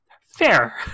Fair